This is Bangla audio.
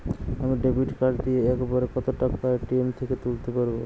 আমি ডেবিট কার্ড দিয়ে এক বারে কত টাকা এ.টি.এম থেকে তুলতে পারবো?